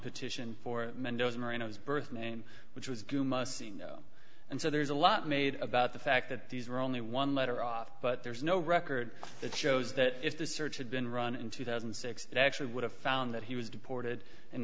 petition for mendoza merinos birth name which was and so there's a lot made about the fact that these are only one letter off but there's no record that shows that if the search had been run in two thousand and six it actually would have found that he was deported in